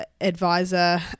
advisor